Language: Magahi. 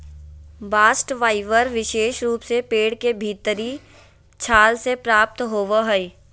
बास्ट फाइबर विशेष रूप से पेड़ के भीतरी छाल से प्राप्त होवो हय